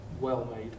well-made